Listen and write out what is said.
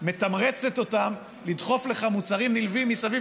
מתמרצת אותם לדחוף לך מוצרים נלווים מסביב